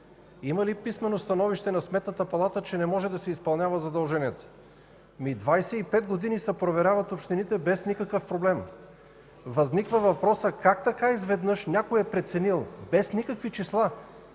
Има ли писмено становище на Сметната палата, че не може да изпълнява задълженията си? Ами 25 години общините се проверяват без никакъв проблем. Възниква въпросът: как така изведнъж някой е преценил, без никакви числа,